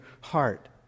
heart